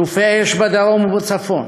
חילופי אש בדרום ובצפון,